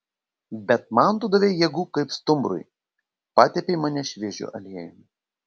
bet man tu davei jėgų kaip stumbrui patepei mane šviežiu aliejumi